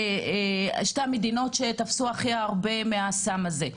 שתי המדינות שבהן תפסו הכי הרבה מהסם הזה.